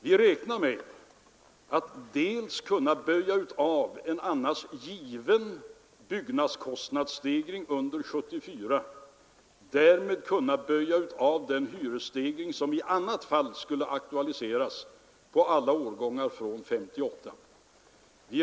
Vi räknar med att kunna böja av en annars given byggnadskostnadsstegring under 1974 och därmed kunna böja av den hyresstegring som i annat fall skulle aktualiseras på alla årgångar från 1958.